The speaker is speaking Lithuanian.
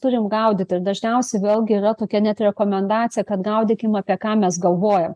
turim gaudyti ir dažniausiai vėlgi yra tokia net rekomendacija kad gaudykim apie ką mes galvojam